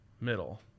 middle